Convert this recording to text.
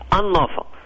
unlawful